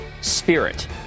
spirit